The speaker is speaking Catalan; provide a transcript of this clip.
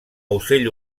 ocell